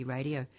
Radio